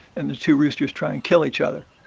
and the two roosters try and kill each other.